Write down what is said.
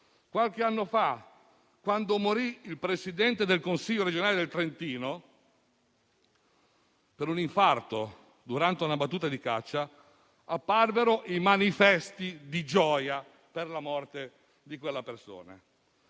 discorso - quando morì il Presidente del Consiglio regionale del Trentino, per un infarto durante una battuta di caccia, apparvero manifesti di gioia per la sua morte.